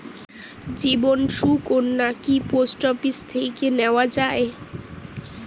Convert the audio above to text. জীবন সুকন্যা কি post office থেকে নেওয়া যায়?